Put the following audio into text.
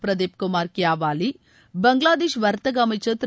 பிரதீப் குமர் கியாவாலி பங்களாதேஷ் வர்த்தகஅமைச்சர் திரு